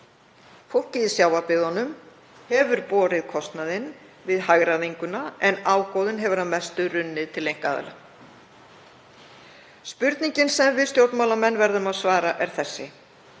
Fólkið í sjávarbyggðunum hefur borið kostnaðinn við hagræðinguna en ágóðinn hefur að mestu runnið til einkaaðila. Spurningin sem við stjórnmálamenn verðum að svara er þessi: